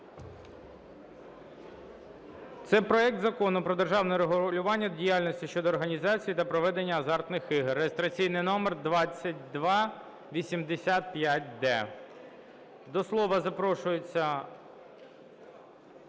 це проект Закону про державне регулювання діяльності щодо організації та проведення азартних ігор,(реєстраційний номер 2285-д). До слова запрошується…